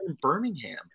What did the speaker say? Birmingham